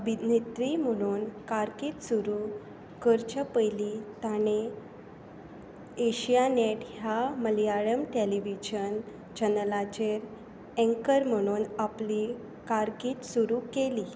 अभिनेत्री म्हुणून कारकिर्द सुरूं करचे पयलीं ताणें एशियानॅट ह्या मलयाळम टॅलिव्हिजन चॅनलाचेर एँकर म्हणून आपली कारकिर्द सुरूं केली